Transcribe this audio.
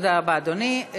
תודה רבה, אדוני.